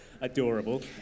Adorable